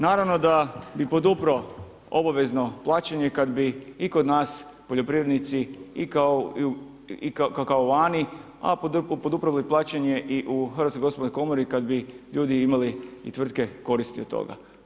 Naravno da bi podupro obavezno plaćanje kada bi i kod nas poljoprivrednici i kao vani, a podupro bi plaćanje i u HGK-u kada bi ljudi imali i tvrtke koristi od toga.